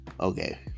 Okay